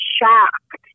shocked